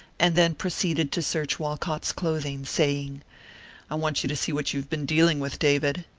and then proceeded to search walcott's clothing, saying i want you to see what you have been dealing with, david.